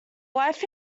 life